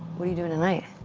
what are you doing tonight?